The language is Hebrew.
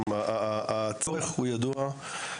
הצורך ידוע.